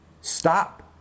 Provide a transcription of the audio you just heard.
stop